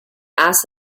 ask